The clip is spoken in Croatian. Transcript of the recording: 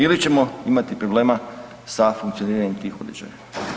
Ili ćemo imati problema sa funkcioniranjem tih uređaja.